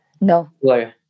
No